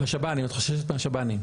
את חוששת מהשב"נים?